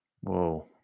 Whoa